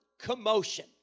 commotion